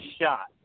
shot